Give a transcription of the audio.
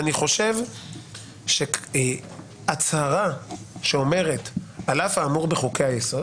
אני חושב שהכלי המתאים לזה הוא